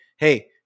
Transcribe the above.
Hey